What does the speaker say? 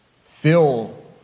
fill